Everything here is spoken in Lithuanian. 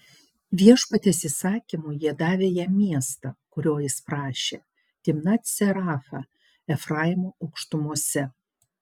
viešpaties įsakymu jie davė jam miestą kurio jis prašė timnat serachą efraimo aukštumose